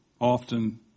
Often